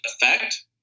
effect